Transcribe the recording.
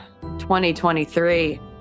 2023